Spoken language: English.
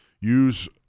Use